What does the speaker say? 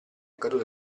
caduta